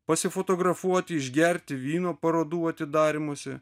pasifotografuoti išgerti vyno parodų atidarymuose